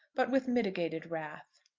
but with mitigated wrath.